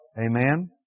Amen